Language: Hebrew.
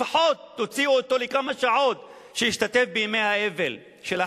לפחות תוציאו אותו לכמה שעות שישתתף בימי האבל של אחיו.